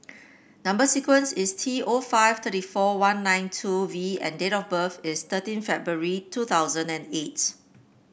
number sequence is T O five three four one nine two V and date of birth is thirteen February two thousand and eight